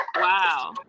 Wow